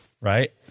right